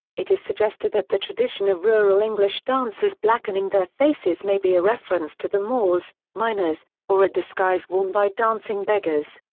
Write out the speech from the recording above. it is suggested that the tradition of rural english dancers blackening their faces may be a reference to the moors, miners, or a disguise worn by dancing beggars.